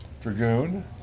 Dragoon